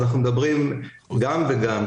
אנחנו מדברים גם וגם.